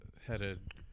headed